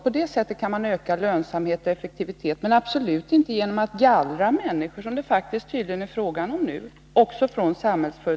På det sättet kan man öka lönsamhet och effektivitet. Det gör man absolut inte genom att gallra ut människor, som det ju faktiskt är fråga om nu.